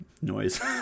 noise